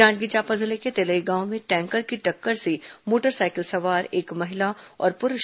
जांजगीर चांपा जिले के तेलई गांव में टैंकर की टक्कर से मोटर साइकिल सवार एक महिला और पुरूष